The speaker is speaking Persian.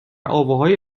آواهای